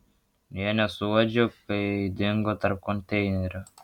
nė nesuuodžiau kai dingo tarp konteinerių